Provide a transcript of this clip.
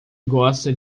gosta